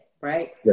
right